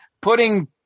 putting